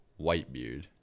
Whitebeard